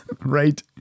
Right